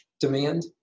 demand